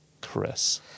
Chris